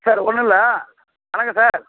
sir ஒன்னுமில்ல வணக்கம் sir